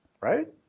right